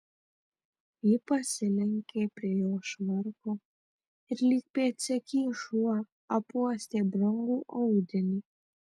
ji pasilenkė prie jo švarko ir lyg pėdsekys šuo apuostė brangų audinį